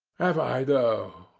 have i though,